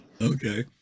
okay